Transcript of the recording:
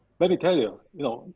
let me tell you know,